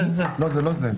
זה לא זה.